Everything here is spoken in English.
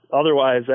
otherwise